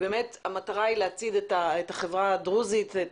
המטרה היא להצעיד את החברה הדרוזית ואת